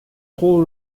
trop